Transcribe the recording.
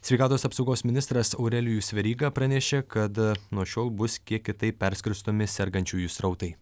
sveikatos apsaugos ministras aurelijus veryga pranešė kad nuo šiol bus kiek kitaip perskirstomi sergančiųjų srautai